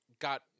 got